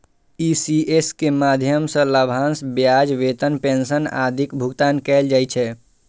ECS के माध्यम सं लाभांश, ब्याज, वेतन, पेंशन आदिक भुगतान कैल जाइ छै